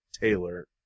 Taylor